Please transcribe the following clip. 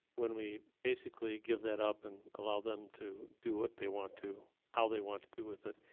when we basically give that up and allow them to do what they want to, how they want to do with it,